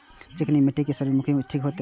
चिकनी मिट्टी में सूर्यमुखी ठीक होते?